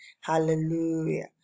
Hallelujah